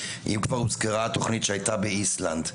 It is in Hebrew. אם כבר הוזכרה התוכנית שהייתה באיסלנד.